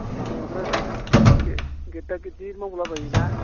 मावनायफोरा गेद्दा गिद्दि मावलाबायोना